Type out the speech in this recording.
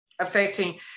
affecting